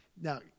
Now